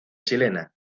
chilena